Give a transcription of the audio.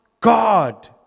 God